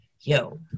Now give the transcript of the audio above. yo